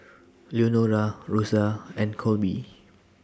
Leonora Rosa and Colby